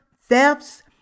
thefts